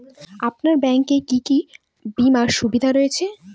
আপনার ব্যাংকে কি কি বিমার সুবিধা রয়েছে?